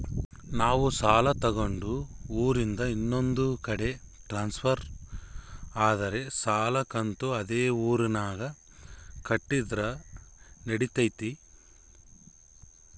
ನಾವು ಸಾಲ ತಗೊಂಡು ಊರಿಂದ ಇನ್ನೊಂದು ಕಡೆ ಟ್ರಾನ್ಸ್ಫರ್ ಆದರೆ ಸಾಲ ಕಂತು ಅದೇ ಊರಿನಾಗ ಕಟ್ಟಿದ್ರ ನಡಿತೈತಿ?